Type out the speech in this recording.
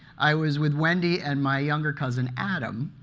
i was with wendy and my younger cousin adam.